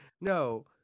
no